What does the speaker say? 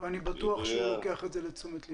ואני בטוח שהוא לוקח את זה לתשומת לבו.